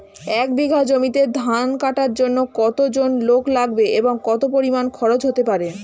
এক বিঘা জমিতে ধান কাটার জন্য কতজন লোক লাগবে এবং কত পরিমান খরচ হতে পারে?